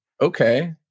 okay